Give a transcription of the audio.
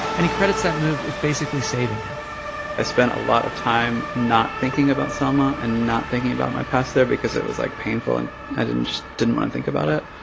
and he credits that move with basically saving him i spent a lot of time not thinking about selma and not thinking about my past there because it was, like, painful, and i didn't didn't want to think about it.